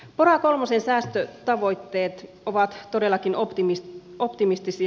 pora kolmosen säästötavoitteet ovat todellakin optimistisia